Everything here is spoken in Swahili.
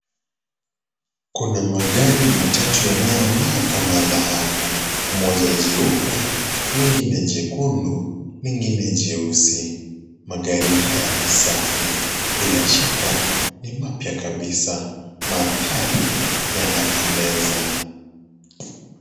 Kuna magari matatu yanayo ngaa kama dhahabu. Moja jeupe, lingine jekundu, lingine jeusi. Magari haya ni safi. Bila shaka ni mapya kabisa. Mandhari yanapendekeza.